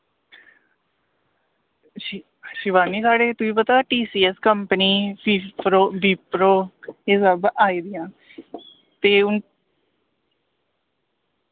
शि शिवानी अड़ी तुगी पता टीसीएस कंपनी बिप्रो बिप्रो एह् सब आई दि'यां न ते हू'न